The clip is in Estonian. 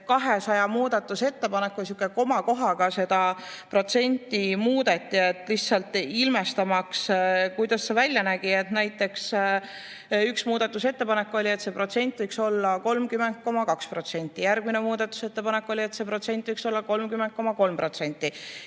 200 muudatusettepanekus komakohaga muudeti protsendi suurust. Lihtsalt ilmestamaks, kuidas see välja nägi: üks muudatusettepanek oli, et see protsent võiks olla 30,2, järgmine muudatusettepanek oli, et see protsent võiks olla 30,3